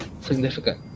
significant